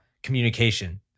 Communication